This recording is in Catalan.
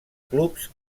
clubs